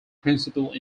principle